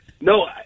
No